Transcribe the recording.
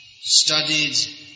studied